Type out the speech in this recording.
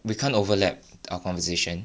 we can't overlap our conversation